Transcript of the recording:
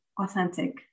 authentic